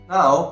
Now